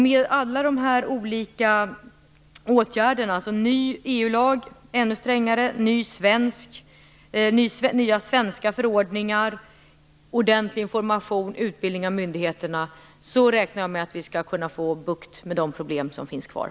Med alla dessa åtgärder - ny och strängare EU lag, nya svenska förordningar, ordentlig information och utbildning av myndigheterna - räknar jag med att vi skall kunna få bukt med de problem som finns kvar.